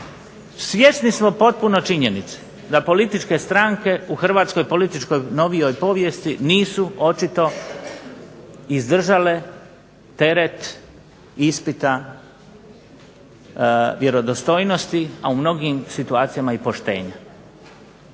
Svjesni smo potpuno činjenice da političke stranke u hrvatskoj političkoj novijoj povijesti nisu očito izdržale teret ispita vjerodostojnosti, a u mnogim situacijama i poštenja,